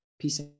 peace